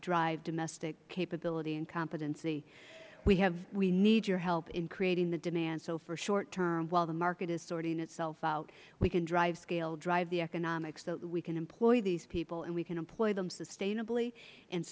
drive domestic capability and competency we need your help in creating the demands so for short term while the market is sorting itself out we can drive scale drive the economics so we can employ these people and we can employ them sustainably and